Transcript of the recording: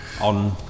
on